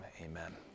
amen